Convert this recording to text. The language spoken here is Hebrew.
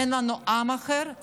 אין לנו מדינה אחרת,